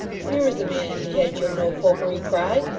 here is a man to head your no-popery cry!